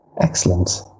Excellent